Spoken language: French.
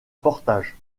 portage